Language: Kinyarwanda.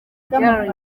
gary